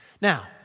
Now